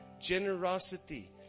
generosity